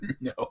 No